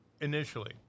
initially